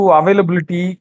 availability